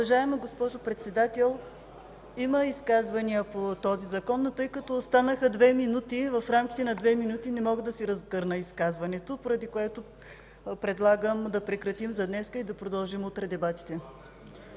Уважаема госпожо Председател, има изказвания по този закон, но тъй като останаха 2 мин., в рамките на толкова не мога да си разгърна изказването, поради което предлагам да прекратим за днес и да продължим утре дебатите.